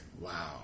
Wow